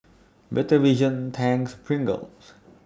Better Vision Tangs and Pringles